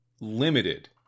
limited